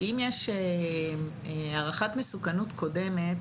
כי אם יש הערכת מסוכנות קודמת,